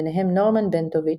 ביניהם נורמן בנטוויץ',